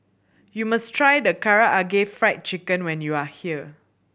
you must try Karaage Fried Chicken when you are here